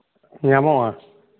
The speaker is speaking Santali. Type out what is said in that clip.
ᱧᱟᱢᱚᱜᱼᱟ